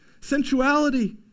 sensuality